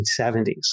1970s